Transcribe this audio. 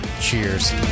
cheers